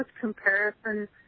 comparison